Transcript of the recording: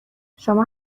شما